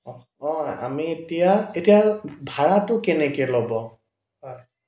অঁ আমি এতিয়া এতিয়া ভাড়াটো কেনেকৈ ল'ব হয়